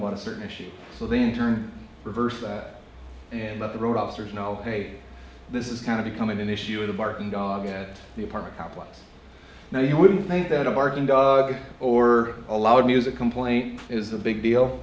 about a certain issue so they in turn reversed and up the road officers know hey this is kind of becoming an issue of the barking dog at the apartment complex now you wouldn't think that a barking dog or a loud music complaint is the big deal